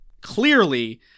clearly